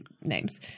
names